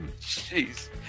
Jeez